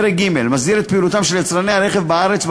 פרק ג' מסדיר את פעילותם של יצרני הרכב בארץ,